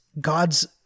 God's